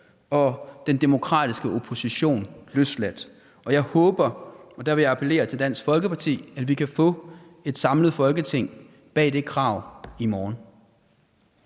og den demokratiske opposition løsladt. Og jeg håber, og der vil jeg appellere til Dansk Folkeparti, at vi kan få et samlet Folketing bag det krav i morgen.